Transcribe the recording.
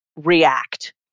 react